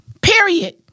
Period